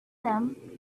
them